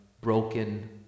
broken